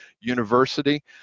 university